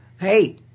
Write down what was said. hey